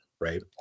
right